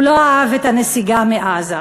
הוא לא אהב את הנסיגה מעזה.